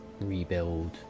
rebuild